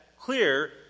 clear